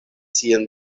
sian